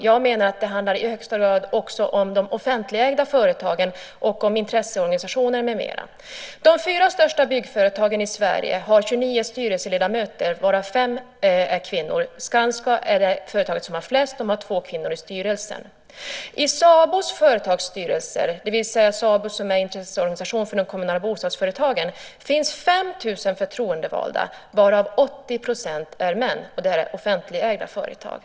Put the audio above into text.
Jag menar att det i högsta grad också handlar om de offentligägda företagen och om intresseorganisationer med mera. De fyra största byggföretagen i Sverige har 29 styrelseledamöter varav fem är kvinnor. I Skanska, som är det företag som har flest kvinnor i styrelsen, har man två kvinnor i styrelsen. I SABO:s företagsstyrelser - SABO som är en intresseorganisation för de kommunala bostadsföretagen - finns 5 000 förtroendevalda varav 80 % är män, och det här är offentligägda företag.